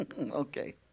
Okay